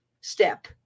step